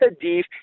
Hadith